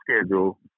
schedule